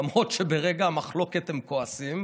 למרות שברגע המחלוקת הם כועסים.